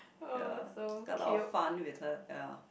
ya there're a lot fun with her ya